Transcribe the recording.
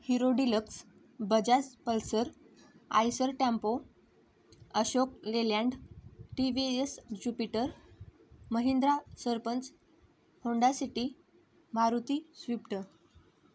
hero Deluxe Bajaj Pulsar Eicher tempo Ashok Leyland T V S Jupiter Mahindra Sarpanch Honda City Maruti Swift